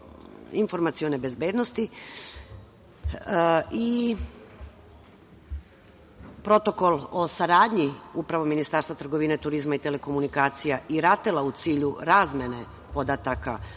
informacionoj bezbednosti i Protokol o saradnji upravo Ministarstva trgovine, turizma i telekomunikacija i RATEL-a u cilju razmene podataka o